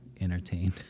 entertained